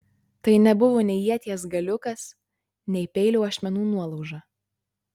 tai nebuvo nei ieties galiukas nei peilio ašmenų nuolauža